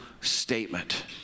statement